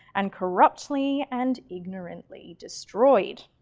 and corruptly and ignorantly destroyed.